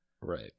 Right